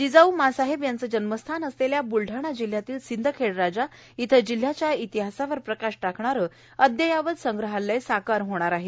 जिजाऊ माँसाहेब यांचे जन्मस्थान असलेल्या ब्लढाणा जिल्ह्यातील सिंदखेडराजा इथ जिल्ह्याच्या इतिहासावर प्रकाश टाकणारे अद्यावत संग्रहालय साकार होत आहे